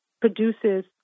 produces